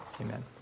Amen